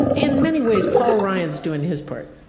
in many ways, paul ryan is doing his part.